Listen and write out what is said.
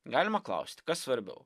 galima klausti kas svarbiau